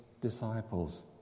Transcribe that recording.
disciples